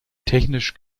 technisch